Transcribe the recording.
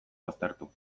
baztertu